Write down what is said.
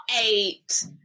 eight